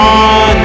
on